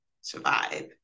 survive